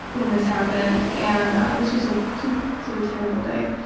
when this happened and this was a so terrible day.